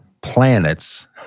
planets